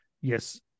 yes